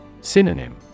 Synonym